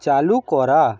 চালু করা